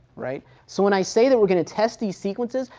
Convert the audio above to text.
right. so when i say that we're going to test these sequences,